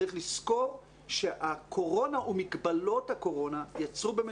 צריך לזכור שהקורונה ומגבלות הקורונה יצרו באמת,